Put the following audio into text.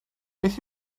beth